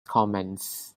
comments